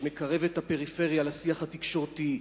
שמקרב את הפריפריה לשיח התקשורתי,